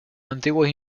antiguos